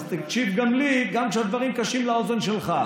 אז תקשיב גם לי גם כשהדברים קשים לאוזן שלך.